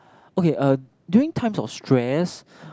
okay uh during times of stress